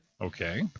Okay